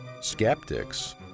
Skeptics